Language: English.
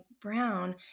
Brown